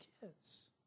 kids